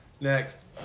Next